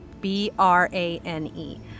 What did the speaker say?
B-R-A-N-E